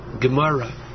Gemara